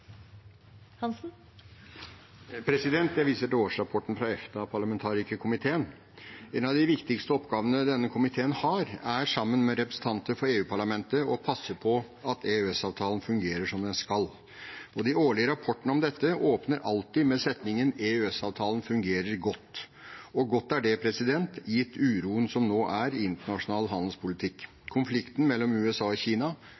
sammen med representanter for EU-parlamentet å passe på at EØS-avtalen fungerer som den skal. De årlige rapportene om dette åpner alltid med en setning om at EØS-avtalen fungerer godt. Og godt er det, gitt uroen som nå er i internasjonal handelspolitikk, konflikten mellom USA og Kina